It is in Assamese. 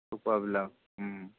ওম